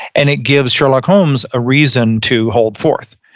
and it gives sherlock holmes a reason to hold forth.